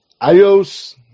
Adios